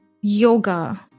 yoga